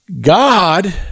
God